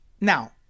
now